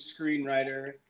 screenwriter